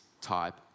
type